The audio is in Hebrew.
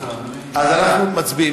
אז אנחנו מצביעים.